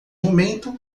momento